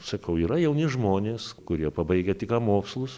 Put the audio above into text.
sakau yra jauni žmonės kurie pabaigę tik ką mokslus